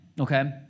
okay